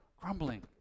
grumbling